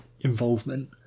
involvement